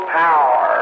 power